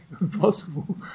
impossible